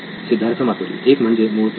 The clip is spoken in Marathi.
सिद्धार्थ मातुरी एक म्हणजे मूळ क्लाऊड